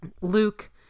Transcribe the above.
Luke